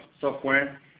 software